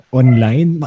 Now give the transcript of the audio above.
online